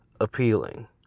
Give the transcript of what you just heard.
appealing